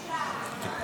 בושה.